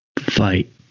Fight